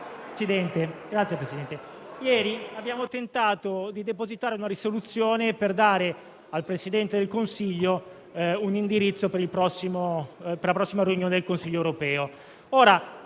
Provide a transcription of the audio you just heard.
Signor Presidente, ieri abbiamo tentato di depositare una risoluzione per dare al Presidente del Consiglio un indirizzo per la prossima riunione del Consiglio europeo.